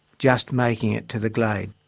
just making it to the glade.